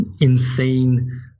Insane